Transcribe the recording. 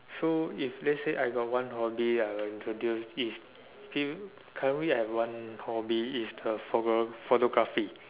so if let's say I got one hobby I will introduce is still currently I have one hobby is the photo~ photography